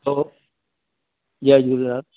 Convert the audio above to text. hello जय झूलेलाल